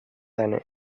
seine